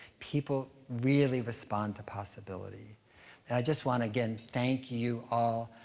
people really respond to possibility. and i just wanna, again, thank you all.